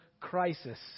crisis